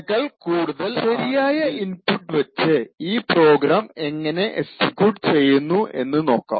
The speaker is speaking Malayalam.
അപ്പോൾ നമുക്കാദ്യം ശരിയായ ഇൻപുട്ട് വച്ച് ഈ പ്രോഗ്രാം എങ്ങനെ എക്സിക്യൂട്ട് ചെയ്യുന്നു എന്ന് നോക്കാം